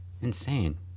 Insane